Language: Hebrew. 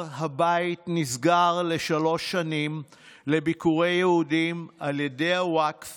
הר הבית נסגר לשלוש שנים לביקורי יהודים על ידי הוואקף